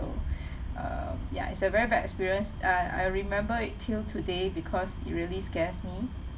err ya it's a very bad experience uh I remember it till today because it really scares me